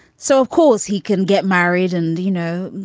so, of course, he can get married. and, you know,